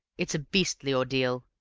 it's a beastly ordeal.